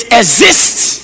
exists